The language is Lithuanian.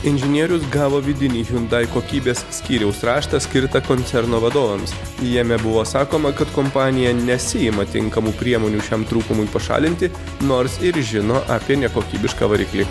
inžinierius gavo vidinį hiundai kokybės skyriaus raštą skirtą koncerno vadovams jame buvo sakoma kad kompanija nesiima tinkamų priemonių šiam trūkumui pašalinti nors ir žino apie nekokybišką variklį